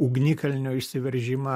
ugnikalnio išsiveržimą